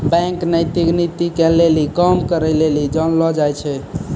bank नैतिक नीति के लेली काम करै लेली जानलो जाय छै